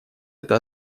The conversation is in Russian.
это